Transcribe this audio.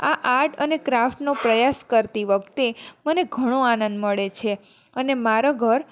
આ આર્ટ અને ક્રાફ્ટનો પ્રયાસ કરતી વખતે મને ઘણો આનંદ મળે છે અને મારા ઘર